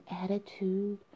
attitude